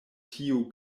tiu